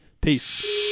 Peace